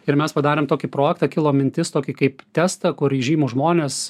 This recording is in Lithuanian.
ir mes padarėm tokį projektą kilo mintis tokį kaip testą kur įžymūs žmonės